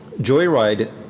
Joyride